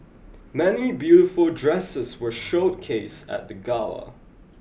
many beautiful dresses were showcased at the gala